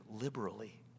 liberally